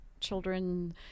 children